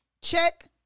Check